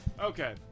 Okay